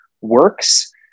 works